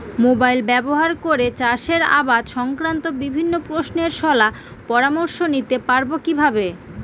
Mobile ব্যাবহার করে চাষের আবাদ সংক্রান্ত বিভিন্ন প্রশ্নের শলা পরামর্শ নিতে পারবো কিভাবে?